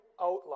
outline